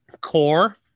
core